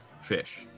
fish